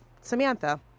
Samantha